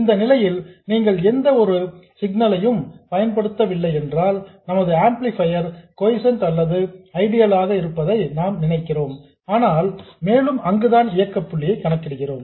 இந்த நிலையில் நீங்கள் எந்த ஒரு சிக்னல் யும் பயன்படுத்தவில்லை என்றால் நமது ஆம்ப்ளிபையர் கொய்சென்ட் அல்லது ஐடியல் ஆக இருப்பதாக நாம் நினைக்கிறோம் மேலும் அங்குதான் இயக்கப் புள்ளியை கணக்கிடுகிறோம்